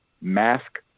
mask